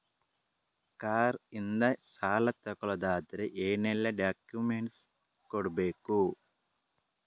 Car ಇಂದ ಸಾಲ ತಗೊಳುದಾದ್ರೆ ಏನೆಲ್ಲ ಡಾಕ್ಯುಮೆಂಟ್ಸ್ ಕೊಡ್ಬೇಕು?